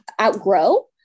outgrow